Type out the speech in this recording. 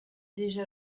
déjà